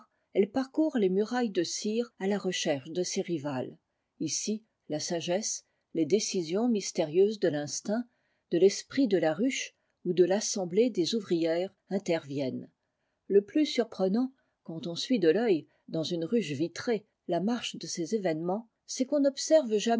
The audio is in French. elle parcourt les murailles de cire à la recherche de ses rivales ici la sagesse les décisions mystérieuses de l'instinct de l'esprit de la ruche ou de l'assemblée des ouvrières interviennent le plus surprenant quand on suit de l'œil dans une ruche vitrée la marche de ces événements c'est qu'on n'observe